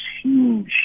huge